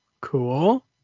Cool